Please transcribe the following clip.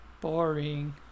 Boring